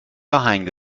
آهنگ